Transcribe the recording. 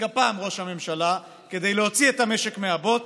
הפעם ראש הממשלה כדי להוציא את המשק מהבוץ.